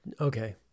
okay